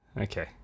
Okay